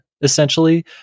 essentially